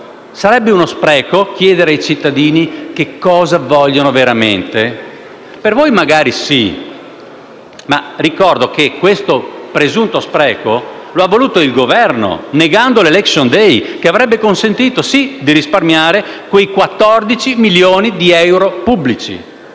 Sarebbe uno spreco chiedere ai cittadini cosa vogliono veramente? Per voi magari sì, ma ricordo che questo presunto spreco l'ha voluto il Governo, negando l'*election day* che avrebbe consentito, quello sì, di risparmiare 14 milioni di euro pubblici.